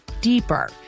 deeper